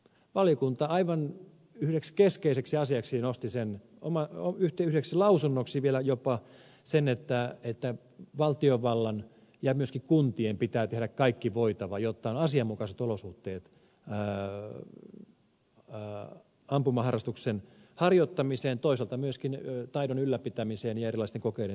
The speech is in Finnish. valiokunta aivan yhdeksi keskeiseksi asiaksi nosti sen jopa vielä yhdeksi lausumaksi että valtiovallan ja myöskin kuntien pitää tehdä kaikki voitava jotta on asianmukaiset olosuhteet ampumaharrastuksen harjoittamiseen toisaalta myöskin taidon ylläpitämiseen ja erilaisten kokeiden suorittamiseen